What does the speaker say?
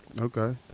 Okay